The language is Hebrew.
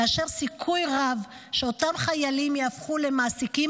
כאשר יש סיכוי רב שאותם חיילים יהפכו למעסיקים